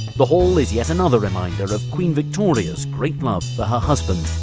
the hall is yet another reminder of queen victoria's great love for her husband,